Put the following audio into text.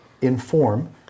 inform